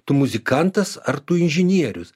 tu muzikantas ar tu inžinierius